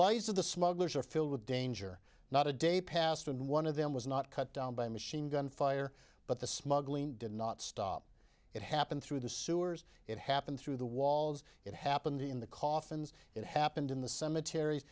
lies of the smugglers are filled with danger not a day passed and one of them was not cut down by machine gun fire but the smuggling did not stop it happened through the sewers it happened through the walls it happened in the coffins it happened in the cemeter